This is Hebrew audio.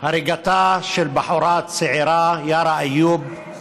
הריגתה של בחורה צעירה, יארא איוב,